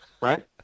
right